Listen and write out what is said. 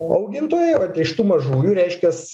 augintojai iš tų mažųjų reiškias